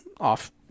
off